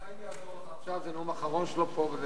חיים יעזור לך עכשיו, זה הנאום האחרון שלו פה.